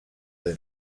dai